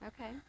Okay